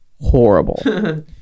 horrible